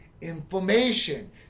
inflammation